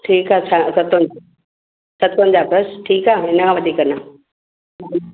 ठीक आहे सतवंजाहु बसि ठीकु आहे हिन खां वधीक न